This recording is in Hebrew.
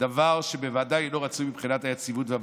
דבר שבוודאי אינו רצוי מבחינת היציבות והוודאות.